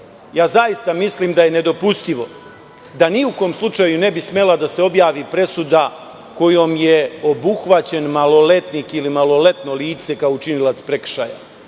zaista mislim da je nedopustivo, da ni u kom slučaju ne bi smela da se objavi presuda kojom je obuhvaćen maloletnik, ili maloletno lice kao učinilac prekršaja,